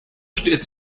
stets